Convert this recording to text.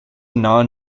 non